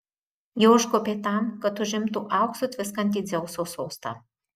ji užkopė tam kad užimtų auksu tviskantį dzeuso sostą